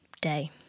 Day